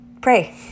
pray